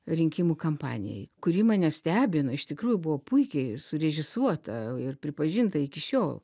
rinkimų kampanijoj kuri mane stebino iš tikrųjų buvo puikiai surežisuota ir pripažinta iki šiol